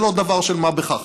זה לא דבר של מה בכך.